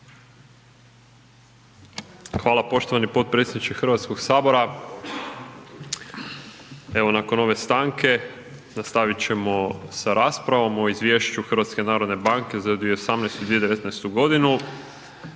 Hvala poštovani potpredsjedniče HS, evo nakon ove stanke nastavit ćemo sa raspravom o Izvješću HNB-a za 2018. i 2019.g.